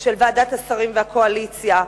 של ועדת השרים והקואליציה.